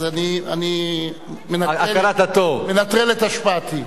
אז אני מנטרל את השפעתי.